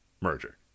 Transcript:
merger